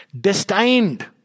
destined